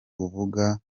uvuga